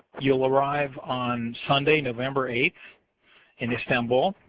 youill arrive on sunday, november eight in istanbul.